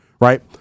Right